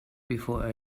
before